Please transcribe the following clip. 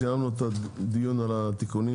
סיימנו את הדיון על התיקונים.